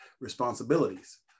responsibilities